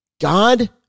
God